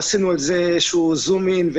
עשינו על זה זום אין.